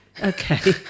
Okay